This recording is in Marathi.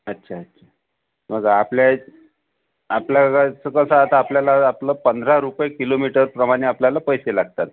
अच्छा मग आपल्या आपल्या गाडीचं कस आता आपल्याला आपल पंधरा रुपये किलोमीटर प्रमाणे आपल्याला पैसे लागतात